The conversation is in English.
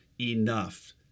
enough